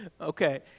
Okay